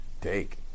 Take